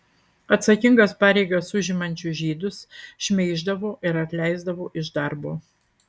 atsakingas pareigas užimančius žydus šmeiždavo ir atleisdavo iš darbo